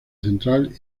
central